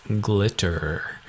glitter